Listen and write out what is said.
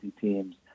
teams